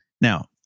Now